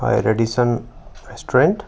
হয় Radisson restaurant